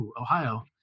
Ohio